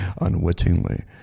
unwittingly